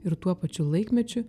ir tuo pačiu laikmečiu